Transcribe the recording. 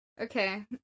Okay